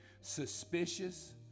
suspicious